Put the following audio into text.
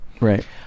Right